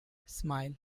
smile